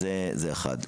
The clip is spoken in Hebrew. זה סוג אחד.